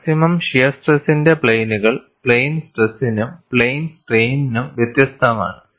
maximum shear സ്ട്രെസിന്റെ പ്ലെയിനുകൾ plane സ്ട്രെസ്സിനും പ്ലെയിൻ സ്ട്രെയിനിനും വ്യത്യസ്തമാണ്